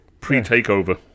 Pre-takeover